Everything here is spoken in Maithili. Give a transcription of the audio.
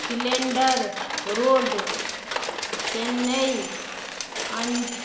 सिलेण्डर रोड चेन्नइ अन